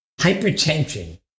Hypertension